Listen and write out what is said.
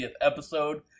episode